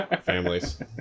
families